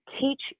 teach